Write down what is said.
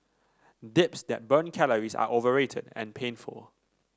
dips that burn calories are overrated and painful